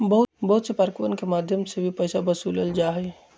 बहुत से पार्कवन के मध्यम से भी पैसा वसूल्ल जाहई